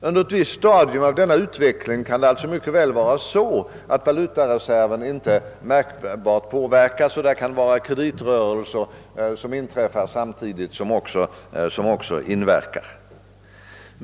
Under ett visst stadium av denna utveckling kan det alltså mycket väl vara så, att valutareserven inte märkbart påverkas. Kreditrörelser som inträffar samtidigt kan också inverka.